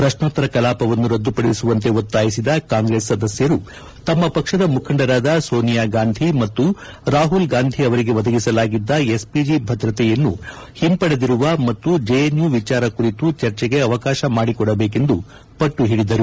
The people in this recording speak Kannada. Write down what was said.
ಪ್ರಶ್ನೋತ್ತರ ಕಲಾಪವನ್ನು ರದ್ದುಪಡಿಸುವಂತೆ ಒತ್ತಾಯಿಸಿದ ಕಾಂಗ್ರೆಸ್ ಸದಸ್ಕರು ತಮ್ಮ ಪಕ್ಷದ ಮುಖಂಡರಾದ ಸೋನಿಯಾ ಗಾಂಧಿ ಮತ್ತು ರಾಪುಲ್ ಗಾಂಧಿ ಅವರಿಗೆ ಒದಗಿಸಲಾಗಿದ್ದ ಎಸ್ಪಿಜಿ ಭದ್ರತೆಯನ್ನು ಒಂಪಡೆದಿರುವ ಮತ್ತು ಜೆಎನ್ಯು ಎಚಾರ ಕುರಿತು ಚರ್ಜೆಗೆ ಅವಕಾಶ ಮಾಡಿಕೊಡಬೇಕೆಂದು ಪಟ್ಟು ಓಡಿದರು